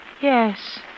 Yes